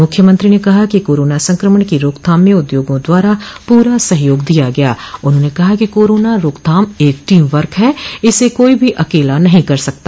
मुख्यमंत्री ने कहा कि कोरोना संक्रमण की रोकथाम में उद्योगों द्वारा पूरा सहयोग दिया उन्होंने कहा कि कोरोना रोकथाम एक टीम वर्क है इसे कोई भी अकेला नहीं कर सकता